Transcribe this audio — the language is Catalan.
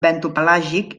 bentopelàgic